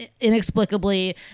inexplicably